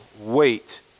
wait